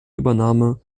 übernahme